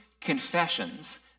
confessions